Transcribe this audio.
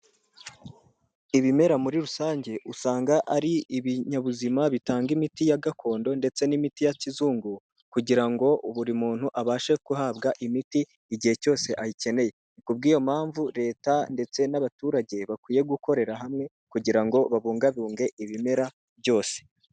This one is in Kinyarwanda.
Ibimera muri rusange usanga ari ibinyabuzima bitanga imiti ya gakondo ndetse n'imiti ya kizungu kugira ngo buri muntu abashe guhabwa imiti igihe cyose ayikeneye, kubw'iyo mpamvu leta ndetse n'abaturage bakwiye gukorera hamwe kugira ngo babungabunge ibimera byose.